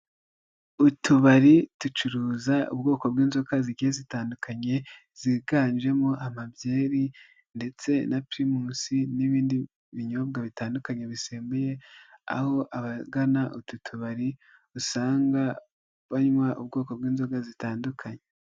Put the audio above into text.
Utubari ducuruza ubwoko bw'inzoka zike zitandukanye, ziganjemo amabyeri ndetse na pirimusi, n'ibindi binyobwa bitandukanye bisembuye, aho abagana utu tubari, usanga banywa ubwoko bw'inzoga zitandukanye.